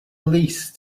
least